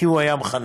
כי הוא היה מחנך.